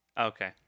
Okay